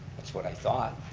that's what i thought.